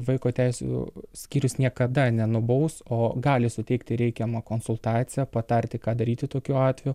vaiko teisių skyrius niekada nenubaus o gali suteikti reikiamą konsultaciją patarti ką daryti tokiu atveju